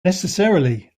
necessarily